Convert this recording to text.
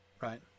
right